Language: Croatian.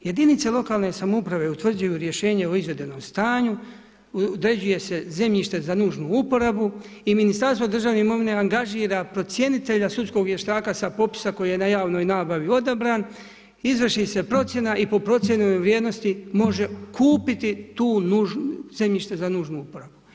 Jedinice lokalne samouprave utvrđuju rješenje o izvedenom stanju, određuje se zemljište za nužnu uporabu i Ministarstvo državne imovine angažira procjenitelja, sudskog vještaka sa popisa koji je na javnoj nabavi odabran, izvrši se procjena i po procijenjenoj vrijednosti može kupiti to zemljište za nužnu uporaba.